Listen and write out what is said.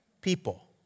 people